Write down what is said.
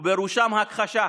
ובראשן הכחשה.